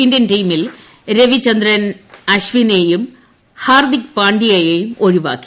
Indian ടീമിൽ രവിചന്ദ്രൻ അശ്വിനേയും ഹർദ്ദിക് പാണ്ഡ്യയേയും ഒഴിവാക്കി